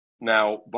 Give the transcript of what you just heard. now